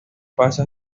pasa